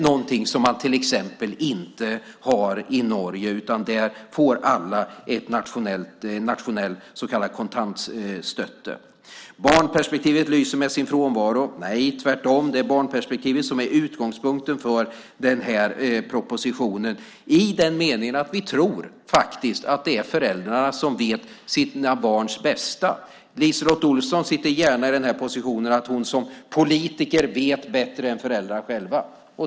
Så är det till exempel inte i Norge, utan där får alla en nationell så kallad kontantstøtte . Det sägs att barnperspektivet lyser med sin frånvaro. Nej, det är tvärtom. Det är barnperspektivet som är utgångspunkten för den här propositionen, i den meningen att vi faktiskt tror att det är föräldrarna som vet sina barns bästa. LiseLotte Olsson sitter gärna i den positionen att hon som politiker vet bättre än föräldrar själva.